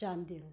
Chandel